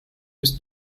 bis